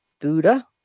Buddha